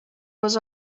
was